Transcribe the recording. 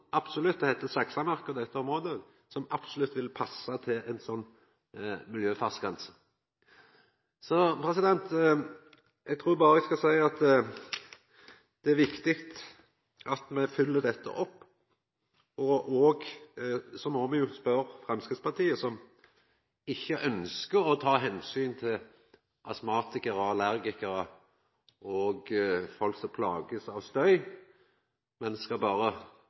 absolutt ville ha passa til ei sånn miljøfartsgrense. Det er viktig at me følgjer opp dette. Så må me jo spørja kva Framstegspartiet tenkjer, som ikkje ønskjer å ta omsyn til astmatikarar og allergikarar og folk som blir plaga av støy, men berre skal